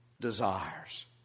desires